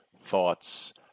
thoughts